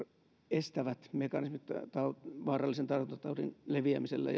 estävät mekanismit vaarallisen tartuntataudin leviämiselle